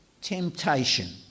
temptation